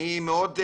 אני מאוד,